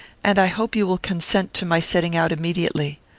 and i hope you will consent to my setting out immediately.